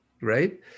right